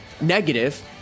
negative